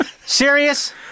Serious